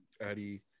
Addie